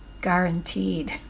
guaranteed